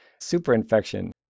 superinfection